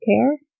care